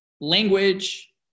language